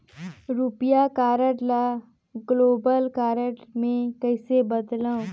रुपिया कारड ल global card मे कइसे बदलव?